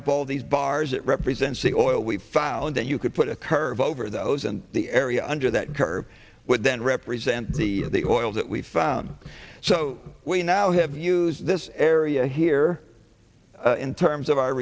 up all these bars it represents the oil we found that you could put a curve for those and the area under that curve would then represent the oil that we found so we now have use this area here in terms of our